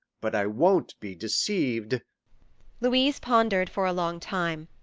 but i won't be deceived louise pondered for a long time,